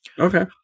okay